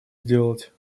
сделать